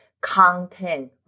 content